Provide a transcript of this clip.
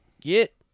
Get